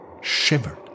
shivered